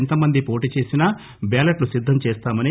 ఎంతమంది పోటీచేసినా బ్యాలట్లు సిద్ధం చేస్తామని